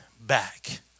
back